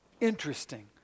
Interesting